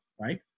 right